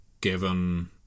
given